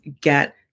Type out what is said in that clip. get